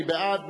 מי בעד?